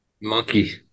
Monkey